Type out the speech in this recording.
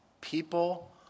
People